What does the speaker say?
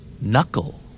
Knuckle